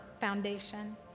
foundation